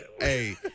Hey